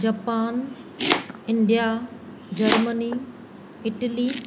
Japan India Germany Italy